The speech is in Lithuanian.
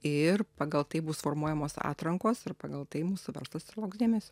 ir pagal tai bus formuojamos atrankos ir pagal tai mūsų verslas sulauks dėmes